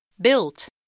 Built